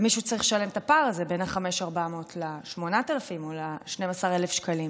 מישהו צריך לשלם את הפער הזה בין ה-5,400 ל-8,000 או ל-12,000 שקלים.